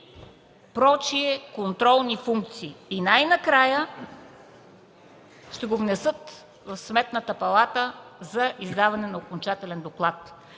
прочие контролни функции. И най-накрая ще го внесат в Сметната палата за издаване на окончателен доклад.